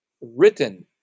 written